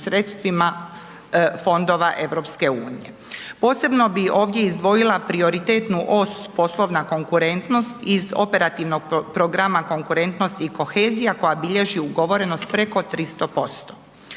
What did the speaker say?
sredstvima Fondova EU. Posebno bi ovdje izdvojila prioritetnu os, poslovna konkurentnost iz operativnog programa konkurentnosti i kohezija koja bilježi ugovorenost preko 300%.